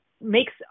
makes